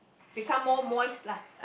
become more moist lah